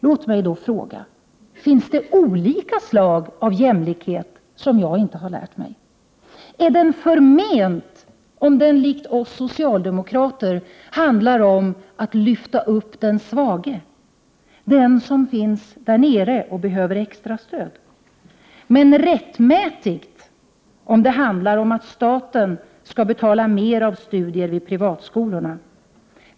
Låt mig då fråga: Finns det olika slag av jämlikhet, som jag inte har lärt mig? Är jämlikheten förment om den, som för oss socialdemokrater, handlar om att lyfta upp den svage, den som finns där nere och behöver extra stöd, men rättmätig om den handlar om att staten skall betala mer av studier vid privatskolorna?